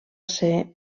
ser